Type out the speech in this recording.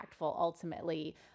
ultimately